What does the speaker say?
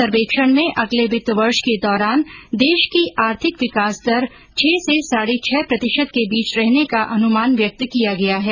सर्वेक्षण में अगले वित्त वर्ष के दौरान देश की आर्थिक विकास दर छह से साढ़े छह प्रतिशत के बीच रहने का अनुमान व्यक्त किया गया है